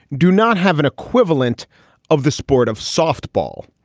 do not have an equivalent of the sport of softball.